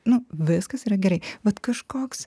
nu viskas yra gerai vat kažkoks